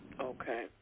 okay